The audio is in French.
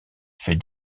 fait